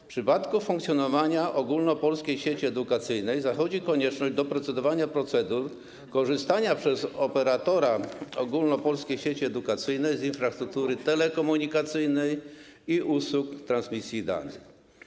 W przypadku funkcjonowania Ogólnopolskiej Sieci Edukacyjnej zachodzi konieczność doprecyzowania procedur korzystania przez operatora Ogólnopolskiej Sieci Edukacyjnej z infrastruktury telekomunikacyjnej i usług transmisji danych.